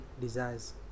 desires